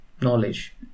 knowledge